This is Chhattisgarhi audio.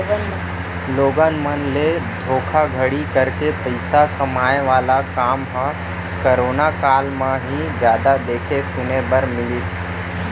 लोगन मन ले धोखाघड़ी करके पइसा कमाए वाला काम ह करोना काल म ही जादा देखे सुने बर मिलिस